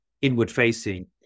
inward-facing